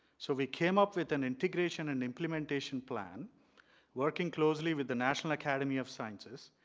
so we came up with an integration and implementation plan working closely with the national academy of sciences,